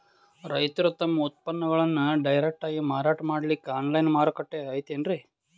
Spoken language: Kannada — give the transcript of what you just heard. ರೈತರು ತಮ್ಮ ಉತ್ಪನ್ನಗಳನ್ನು ಡೈರೆಕ್ಟ್ ಆಗಿ ಮಾರಾಟ ಮಾಡಲಿಕ್ಕ ಆನ್ಲೈನ್ ಮಾರುಕಟ್ಟೆ ಐತೇನ್ರೀ?